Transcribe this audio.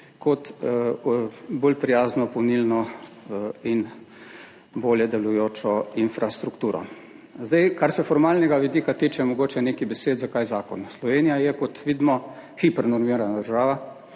kot bolj prijazno in bolje delujočo polnilno infrastrukturo. Kar se formalnega vidika tiče, mogoče nekaj besed, zakaj zakon. Slovenija je, kot vidimo, hipernormirana država;